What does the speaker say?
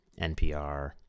NPR